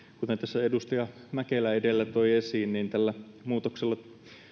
kuten tässä edustaja mäkelä edellä toi esiin niin tällä muutoksella